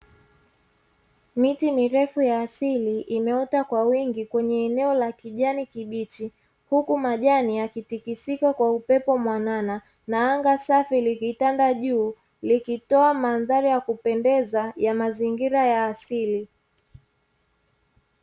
Miti mirefu ya asili imeota kwa wingi kwenye eneo la kijani kibichi, huku majani yakitikisika kwa upepo mwanana na anga safi likitanda juu likitoa mandhari ya kupendeza ya mazingira ya asili.